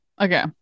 Okay